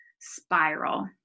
spiral